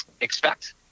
expect